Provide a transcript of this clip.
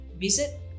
visit